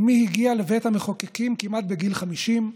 אימי הגיעה לבית המחוקקים כמעט בגיל 50,